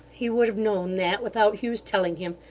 he would have known that, without hugh's telling him.